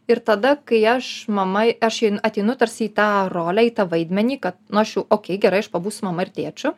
ir tada kai aš mama j aš j ateinu tarsi į tą rolę į tą vaidmenį kad nu aš o kei gerai aš pabūsiu mama ir tėčiu